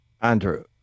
Andrew